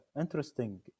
interesting